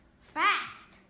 fast